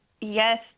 yes